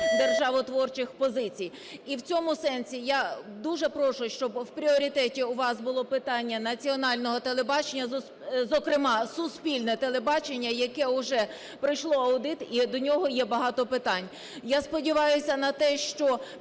державотворчих позицій. І в цьому сенсі я дуже прошу, щоб в пріоритеті у вас було питання національного телебачення, зокрема, суспільне телебачення, яке уже пройшло аудит і до нього є багато питань. Я сподіваюсь на те, що